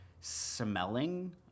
smelling